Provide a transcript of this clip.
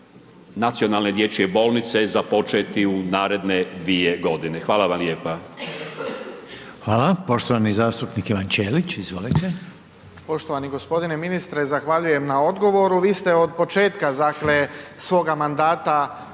Nacionalne dječje bolnice započeti u naredne dvije godine. Hvala vam lijepa. **Reiner, Željko (HDZ)** Hvala, poštovani zastupnik Ivan Ćelić, izvolite. **Ćelić, Ivan (HDZ)** Poštovani g. ministre, zahvaljujem na odgovoru. Vi ste od početka, dakle, svoga mandata